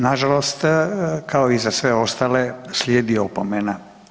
Nažalost kao i za sve ostale slijedi opomena.